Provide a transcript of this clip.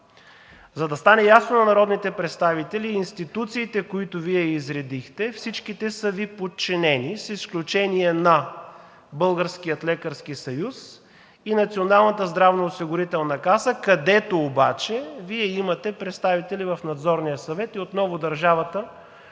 За да стане ясно на народните представители, всичките институции, които изредихте, са Ви подчинени, с изключение на Българския лекарски съюз и Националната здравноосигурителна каса, където обаче Вие имате представители в Надзорния съвет и отново държавата